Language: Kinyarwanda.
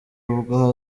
ubwo